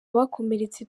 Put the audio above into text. abakomeretse